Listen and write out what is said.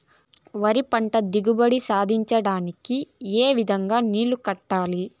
వరి పంట దిగుబడి సాధించడానికి, ఏ విధంగా నీళ్లు కట్టాలి?